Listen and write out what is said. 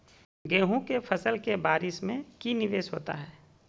गेंहू के फ़सल के बारिस में की निवेस होता है?